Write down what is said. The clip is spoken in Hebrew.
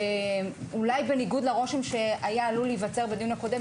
אולי בניגוד לרושם שהיה עלול להיווצר בדיון הקודם,